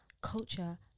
culture